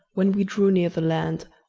when we drew near the land,